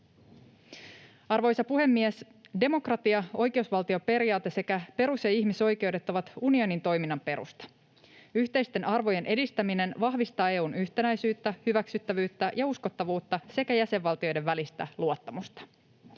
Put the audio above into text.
Arvoisa puhemies! Demokratia, oikeusvaltioperiaate sekä perus- ja ihmisoikeudet ovat unionin toiminnan perusta. Yhteisten arvojen edistäminen vahvistaa EU:n yhtenäisyyttä, hyväksyttävyyttä ja uskottavuutta sekä jäsenvaltioiden välistä luottamusta.